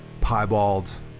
piebald